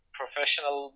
professional